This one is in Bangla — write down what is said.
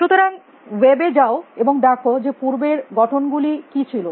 সুতরাং ওয়েব এ যাও এবং দেখো যে পূর্বের গঠন গুলি কী ছিল